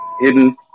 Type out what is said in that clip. hidden